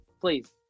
Please